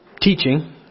Teaching